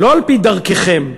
לא על-פי דרככם,